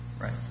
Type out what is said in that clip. Right